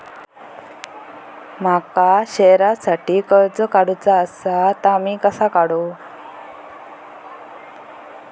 माका शेअरसाठी कर्ज काढूचा असा ता मी कसा काढू?